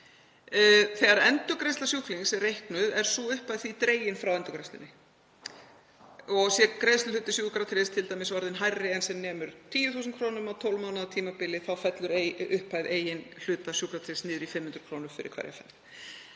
Þegar endurgreiðsla sjúklings er reiknuð er sú upphæð því dregin frá endurgreiðslunni og sé greiðsluhluti sjúkratryggðs t.d. orðinn hærri en sem nemur 10.000 kr. á 12 mánaða tímabili fellur upphæð eigin hluta sjúkratryggðs niður í 500 kr. fyrir hverja ferð.